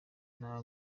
nta